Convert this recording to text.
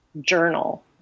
journal